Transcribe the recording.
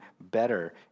better